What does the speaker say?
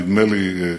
נדמה לי,